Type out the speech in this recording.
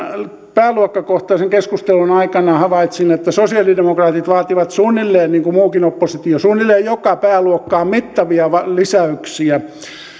pääluokkakohtaisen keskustelun aikana havaitsin että sosialidemokraatit vaativat niin kuin muukin oppositio suunnilleen joka pääluokkaan mittavia lisäyksiä